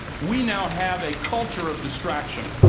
we now have a culture of distraction.